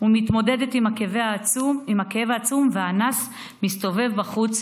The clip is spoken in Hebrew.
ומתמודדת עם הכאב העצום והאנס מסתובב בחוץ,